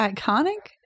Iconic